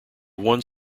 one